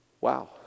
Wow